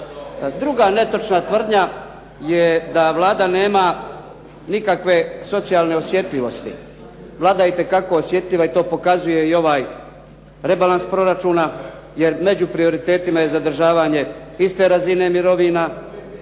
Druga netočna tvrdnja je da Vlada nema nikakve socijalne osjetljivosti. Vlada je itekako osjetljiva i to pokazuje i ovaj rebalans proračuna, jer među prioritetima je zadržavanje iste razine mirovina,